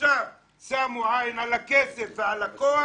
עכשיו שמו עין על הכסף ועל הכוח,